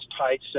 tight